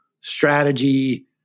strategy